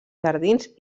jardins